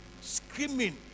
screaming